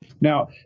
now